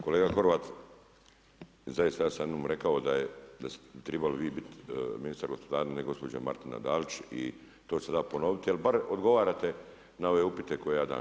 Kolega Horvat, zaista ja sam jednom rekao da ste trebali vi biti ministar gospodarstva, a ne gospođa Martina Dalić i to se da ponoviti, jer bar odgovarate na ove upite koje ja dam.